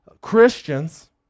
Christians